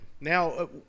Now